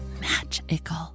magical